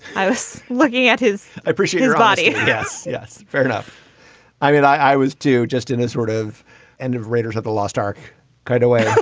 i was looking at his. i appreciate his body. yes. yes. fair enough i mean, i was, too, just in this sort of end and of raiders of the lost ark kind of way.